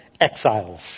exiles